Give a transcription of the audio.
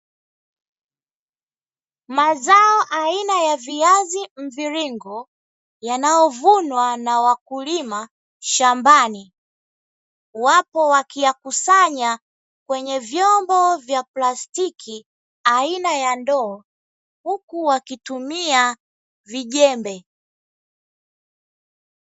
Mazao aina ya viazi mviringo yanayovunwa na wakulima shambani, wapo wakiyakusanya kwenye vyombo vya plastiki aina ya ndoo huku wakitumia vijembe.